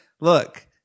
look